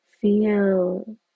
Feel